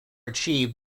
achieved